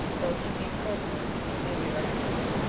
though he be prisoner, he may be ransom'd.